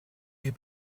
wir